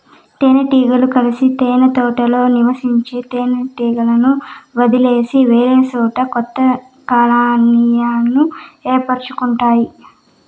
తేనె టీగలు కలిసి తేనె పెట్టలో నివసించే తేనె టీగలను వదిలేసి వేరేసోట కొత్త కాలనీలను ఏర్పరుచుకుంటాయి